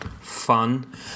Fun